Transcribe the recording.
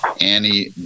Annie